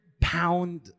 pound